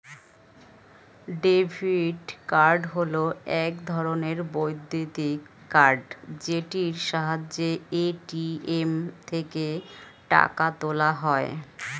debit card হল এক ধরণের বৈদ্যুতিক কার্ড যেটির সাহায্যে এ.টি.এম থেকে টাকা তোলা যায়